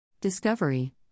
Discovery